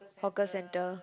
hawker center